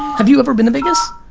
have you ever been to vegas?